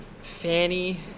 Fanny